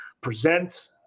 present